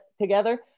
together